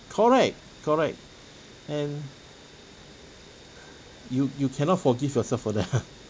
correct correct and you you cannot forgive yourself for that